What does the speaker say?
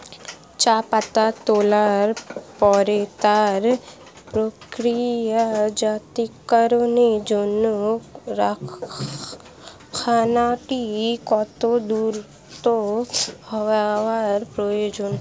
চা পাতা তোলার পরে তা প্রক্রিয়াজাতকরণের জন্য কারখানাটি কত দূর হওয়ার প্রয়োজন?